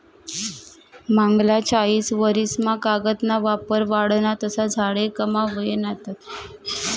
मांगला चायीस वरीस मा कागद ना वापर वाढना तसा झाडे कमी व्हयनात